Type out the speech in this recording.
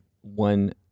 one